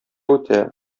үтә